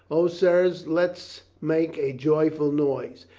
o, sirs, let's make a joyful noise!